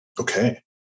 okay